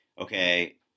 Okay